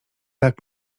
tak